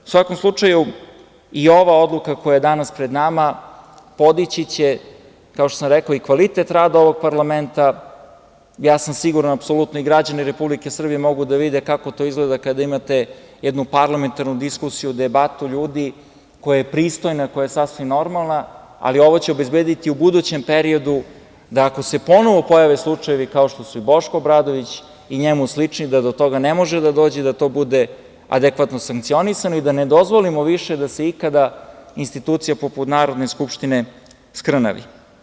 U svakom slučaju, i ova odluka koja je danas pred vama podići će, kao što sam rekao, i kvalitet rada ovog parlamenta, ja sam sigurno apsolutno a i građani Republike Srbije mogu da vide kako to izgleda kada imate jednu parlamentarnu diskusiju i debatu ljudi koja je pristojna, koja je sasvim normalna, ali ovo će obezbediti u budućem periodu da ako se ponovo pojave slučajevi kao što su Boško Obradović i njemu slični, da do toga ne može da dođe, da to bude adekvatno sankcionisano i da ne dozvolimo više da se ikada institucija poput Narodne skupštine skrnavi.